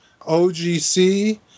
OGC